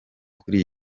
kuri